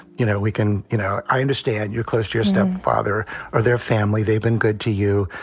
you know, we can you know, i understand you're close to your stepfather or their family. they've been good to you.